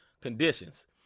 conditions